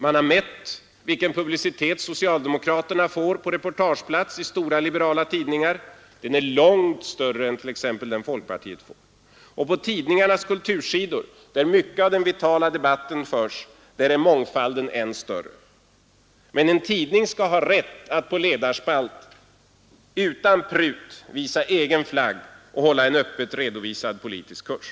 Man har mätt vilken publicitet socialdemokraterna får på reportageplats i stora, liberala tidningar. Den är långt större än t.ex. den som folkpartiet får. Och på tidningarnas kultursidor, där mycket av den vitala debatten förs, är mångfalden ännu större. Men en tidning skall ha rätt att på ledarspalt utan prut visa egen flagg och hålla en öppet redovisad politisk kurs.